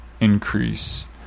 increase